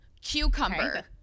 cucumber